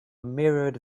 mirrored